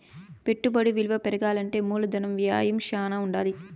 పెట్టుబడి విలువ పెరగాలంటే మూలధన వ్యయం శ్యానా ఉండాలి